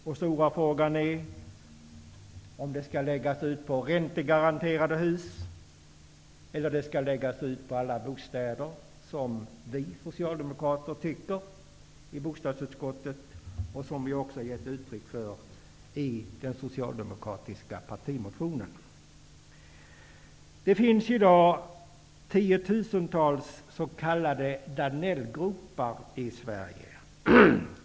Den stora frågan är om det skall läggas ut på räntegaranterade hus eller på alla bostäder, som vi Socialdemokrater i bostadsutskottet tycker och som vi också gett uttryck för i den socialdemokratiska partimotionen. Det finns i dag tiotusentals s.k. Danellgropar i Sverige.